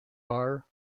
are